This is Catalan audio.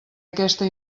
aquesta